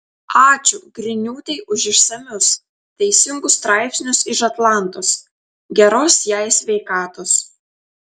ačiū griniūtei už išsamius teisingus straipsnius iš atlantos geros jai sveikatos